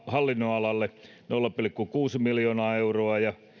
hallinnonalalle nolla pilkku kuusi miljoonaa euroa ja